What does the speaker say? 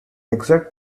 exact